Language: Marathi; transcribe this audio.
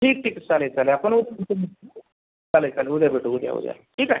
ठीक ठीक चालेल चालेल आपण चालेल चालेल उद्या भेटू उद्या उद्या ठीक आहे